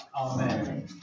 Amen